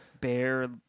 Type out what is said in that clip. bare